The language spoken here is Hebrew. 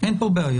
אין פה בעיה.